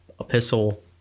Epistle